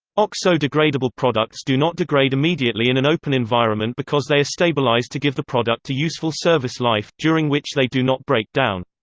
oxo-degradable products do not degrade immediately in an open environment because they are stabilized to give the product a useful service-life, during which they do not break down.